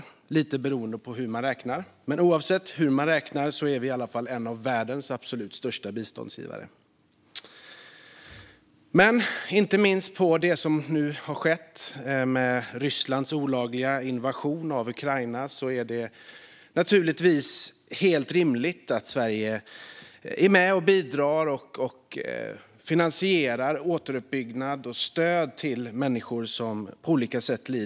Det varierar lite beroende på hur man räknar, men oavsett hur man räknar är vi i alla fall en av världens absolut största biståndsgivare. Men inte minst mot bakgrund av det som nu har skett med Rysslands olagliga invasion av Ukraina är det helt rimligt att Sverige är med och bidrar och finansierar återuppbyggnad och stöd till människor som lider på olika sätt.